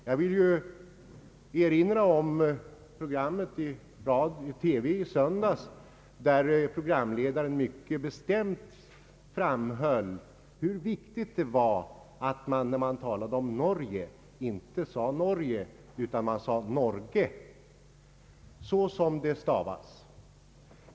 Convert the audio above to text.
Jag vill erinra om programmet i TV i söndags där programledaren mycket bestämt framhöll hur viktigt det var att när vi talar om Norge inte säga »Norje» utan uttala namnet med ett tydligt g, så som det stavas.